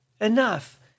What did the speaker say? enough